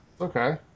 Okay